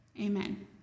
amen